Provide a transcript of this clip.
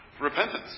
repentance